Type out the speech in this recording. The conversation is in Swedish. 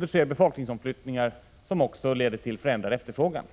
Det sker befolkningsomflyttningar som också leder till förändrad efterfrågan.